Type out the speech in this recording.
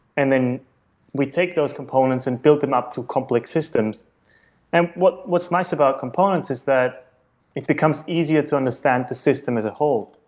and then we take those components and build them up to complex systems and what's nice about components is that it becomes easier to understand the system as a whole,